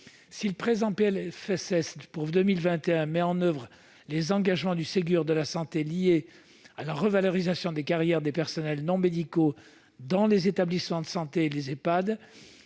Certes, le PLFSS pour 2021 met en oeuvre les engagements du Ségur de la santé liés à la revalorisation des carrières des personnels non médicaux dans les établissements de santé et les Ehpad.